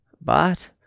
But